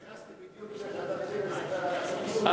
נכנסתי בדיוק כשאתה תתחיל לספר על הסוכנות.